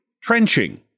Trenching